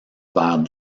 vers